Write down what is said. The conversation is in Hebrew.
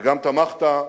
וגם תמכת,